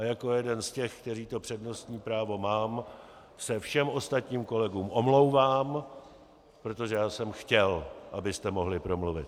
A jako jeden z těch, kteří to přednostní právo mám, se všem ostatním kolegům omlouvám, protože já jsem chtěl, abyste mohli promluvit.